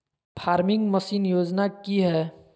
Farming machine योजना कि हैय?